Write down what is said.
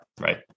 right